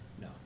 No